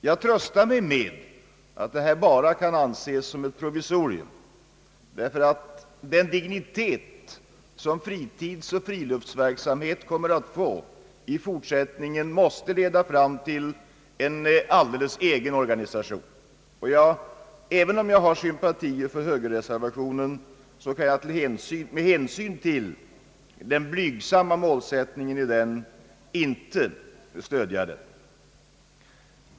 Jag tröstar mig med att detta bara kan anses som ett provisorium, ty den dignitet som fritidsoch friluftsverksamheten kommer att få i fortsättningen måste leda fram till en alldeles egen organisation. Även om jag har sympatier för högerreservationen, kan jag med tanke på dess blygsamma målsättning inte stödja den.